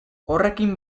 horrekin